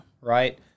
Right